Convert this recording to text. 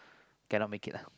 cannot make it lah